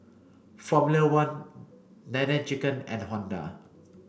Formula One Nene Chicken and Honda